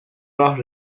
راه